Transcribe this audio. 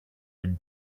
been